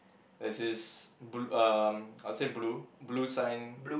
there is this bl~ um I'll say blue blue sign